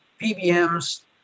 PBMs